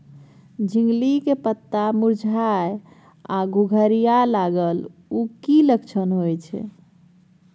झिंगली के पत्ता मुरझाय आ घुघरीया लागल उ कि लक्षण होय छै?